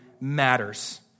matters